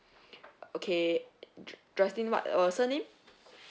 okay jo~ joycelyn what uh surname